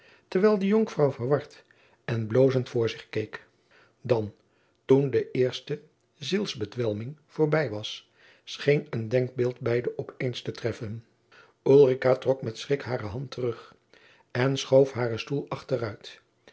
terwijl de jonkvrouw verward en bloozend voor zich keek dan toen de eerste zielsbedwelming voorbij was scheen een denkbeeld beide op eens jacob van lennep de pleegzoon te treffen ulrica trok met schrik hare hand terug en schoof haren stoel achteruit